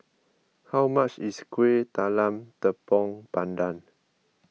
how much is Kueh Talam Tepong Pandan